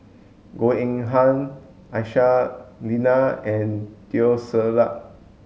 Goh Eng Han Aisyah Lyana and Teo Ser Luck